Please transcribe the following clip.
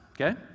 okay